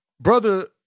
brother